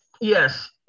yes